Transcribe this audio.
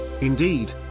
Indeed